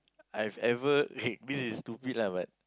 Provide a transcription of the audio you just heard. I've ever okay this is stupid lah but